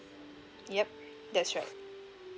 yup that's right